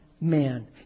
man